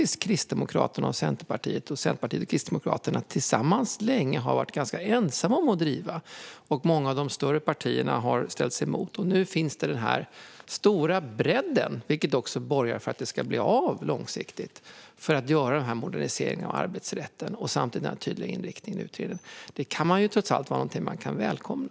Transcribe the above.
Kristdemokraterna och Centerpartiet har tillsammans länge varit ganska ensamma om att driva detta, och många av de större partierna har ställt sig emot. Nu finns den stora bredden, vilket också borgar för att det ska bli av långsiktigt, för att göra moderniseringen av arbetsrätten och samtidigt den tydliga inriktningen i utredningen. Det kan trots allt vara någonting man kan välkomna.